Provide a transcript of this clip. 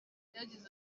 yagize